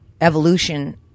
evolution